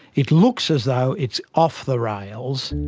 it looks as though it's off the rails.